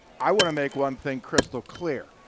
i want to make one thing crystal clear,